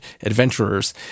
adventurers